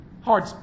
Hard